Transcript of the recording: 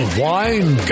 wine